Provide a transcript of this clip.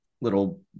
little